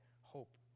hope